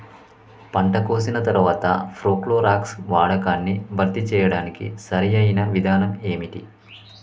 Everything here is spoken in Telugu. పంట కోసిన తర్వాత ప్రోక్లోరాక్స్ వాడకాన్ని భర్తీ చేయడానికి సరియైన విధానం ఏమిటి?